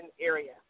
area